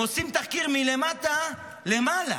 הם עושים תחקיר מלמטה למעלה.